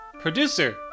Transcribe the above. Producer